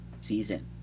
season